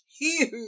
huge